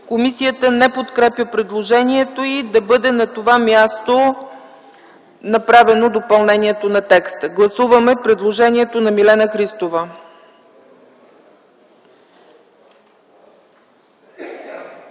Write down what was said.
Комисията не подкрепя предложението й на това място да бъде направено допълнението на текста. Гласуваме предложението на Милена Христова.